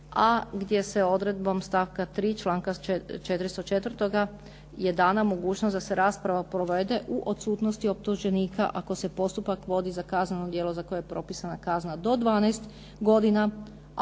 a gdje se odredbom stavka 3. članka 404. je dana mogućnost da se rasprava provede u odsutnosti optuženika ako se postupak vodi za kazneno djelo za koje je propisana kazna do 12 godina,